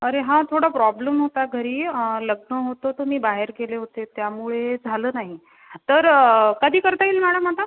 अरे हा थोडा प्रॉब्लेम होता घरी लग्न होतं तर मी बाहेर गेले होते त्यामुळे झालं नाही तर कधी करता येईल मॅडम आता